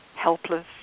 helpless